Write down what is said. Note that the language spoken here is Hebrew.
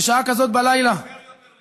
תסלחו לי, שנייה אחת.